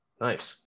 Nice